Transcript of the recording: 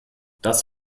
das